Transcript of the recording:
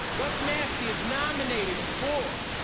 nasty is nominated for.